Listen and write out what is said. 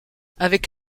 avec